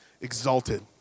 exalted